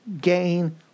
gain